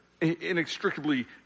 inextricably